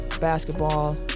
basketball